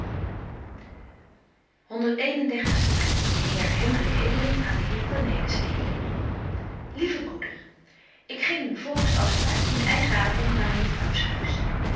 dertigste brief de heer hendrik edeling aan den heer cornelis edeling lieve broeder ik ging volgens afspraak dien eigen avond naar mevrouws huis